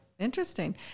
Interesting